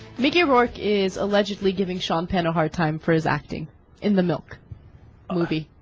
mickey rourke is allegedly giving sean penn a hard time for is acting in the mail alleppey